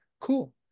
Cool